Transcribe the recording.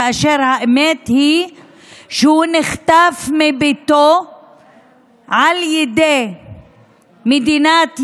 כאשר האמת היא שהוא נחטף מביתו על ידי מדינת ישראל.